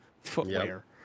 Footwear